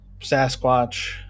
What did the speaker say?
Sasquatch